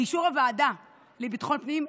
באישור הוועדה לביטחון פנים,